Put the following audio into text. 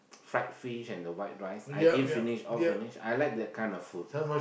fried fish and the white rice I eat finish all finish I like that kind of food